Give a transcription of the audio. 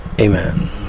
Amen